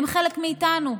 הם חלק מאיתנו,